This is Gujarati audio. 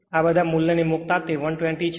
આ બધા મૂલ્યને મુક્તા તે 120 છે